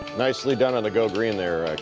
nicely done on the go green there,